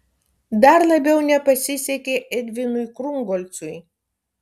dar labiau nepasisekė edvinui krungolcui